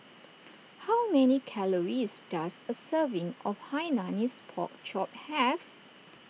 how many calories does a serving of Hainanese Pork Chop have